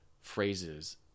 phrases